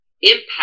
impact